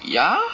ya